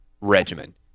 regimen